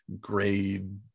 grade